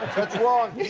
that's wrong